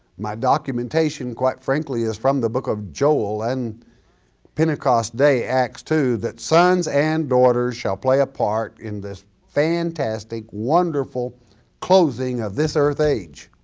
my documentation quite frankly is from the book of joel and pentecost day acts two that sons and daughters shall play a part in this fantastic, wonderful closing of this earth age.